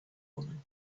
woman